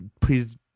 please